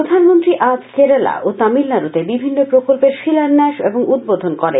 প্রধানমন্ত্রী আজ কেরালা ও তামিলনাডুতে বিভিন্ন প্রকল্পের শিলান্যাস ও উদ্বোধন করেন